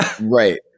Right